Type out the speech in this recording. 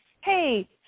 hey